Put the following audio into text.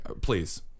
please